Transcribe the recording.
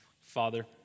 Father